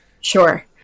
Sure